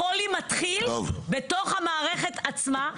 החולי מתחיל בתוך המערכת עצמה,